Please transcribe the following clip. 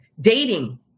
dating